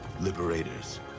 Liberators